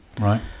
right